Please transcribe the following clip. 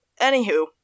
Anywho